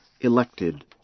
elected